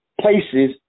places